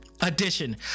edition